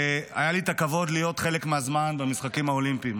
היה לי הכבוד להיות חלק מהזמן במשחקים האולימפיים.